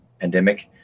pandemic